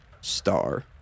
Star